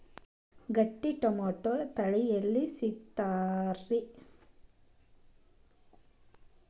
ಗಟ್ಟಿ ಟೊಮೇಟೊ ತಳಿ ಎಲ್ಲಿ ಸಿಗ್ತರಿ?